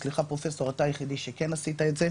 סליחה פרופסור אתה היחידי שכן עשית את זה,